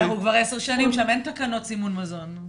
אנחנו כבר עשר שנים שם, אין תקנות סימון מזון.